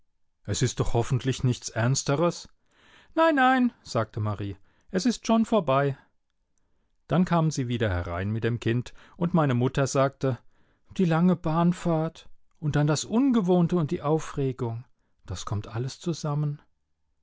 es ist doch hoffentlich nichts ernsteres nein nein sagte marie es ist schon vorbei dann kamen sie wieder herein mit dem kind und meine mutter sagte die lange bahnfahrt und dann das ungewohnte und die aufregung das kommt alles zusammen